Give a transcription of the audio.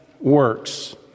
works